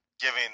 giving